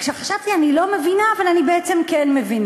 וחשבתי שאני לא מבינה, אבל אני בעצם כן מבינה.